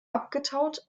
abgetaut